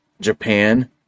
Japan